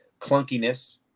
clunkiness